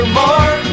more